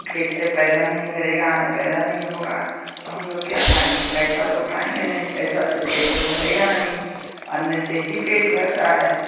खेत से पैदा नहीं करेगा अन्न पैदा नहीं होगा तो हम लोग क्या खाएँगे पैसा तो खाएँगे नहीं पैसा से पेट तो भरेगा नहीं अन्न से ही पेट भरता है